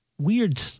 weird